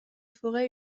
forêts